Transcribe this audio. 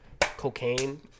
cocaine